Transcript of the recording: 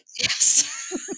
Yes